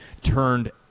turned